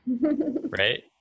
right